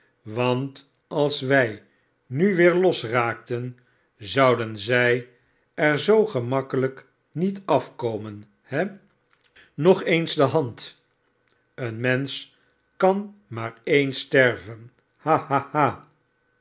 want als wij nu weer losraakten zouden zij er zoo gemakkelijk niet af komen he nog eens de hand een mensch kan maar eens sterven